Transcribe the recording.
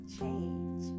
change